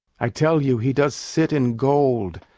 i tell you he does sit in gold,